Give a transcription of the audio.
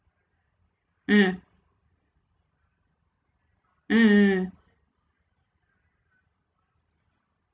mm mm